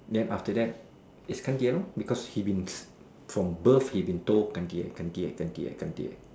then after that it's 干爹 lor because he been from birth he been told 干爹干爹干爹干爹